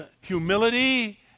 humility